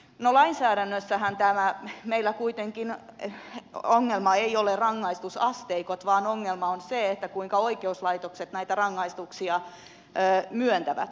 no lainsäädännössähän meillä kuitenkaan ongelma ei ole rangaistusasteikot vaan ongelma on se kuinka oikeuslaitokset näitä rangaistuksia myöntävät